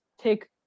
take